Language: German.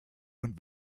und